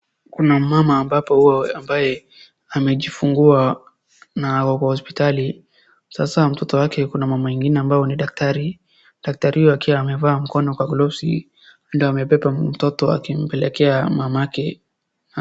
Kuna mama ambapo ambaye amejifungua, na ako kwa hospitali, sasa mtoto wake kuna mama wengine ambao ni daktari, daktari huyo akiwa amevaa mkono kwa gloves ndio amebeba mtoto akimpelekea mamake.